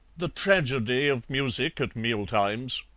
the tragedy of music at mealtimes?